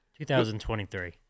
2023